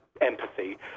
empathy